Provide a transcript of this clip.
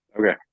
Okay